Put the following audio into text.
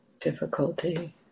difficulty